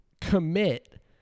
commit